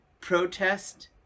protest